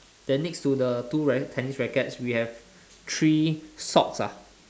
then next to the two racl~ tennis racket we have three socks ah